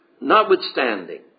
notwithstanding